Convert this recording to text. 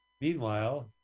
Meanwhile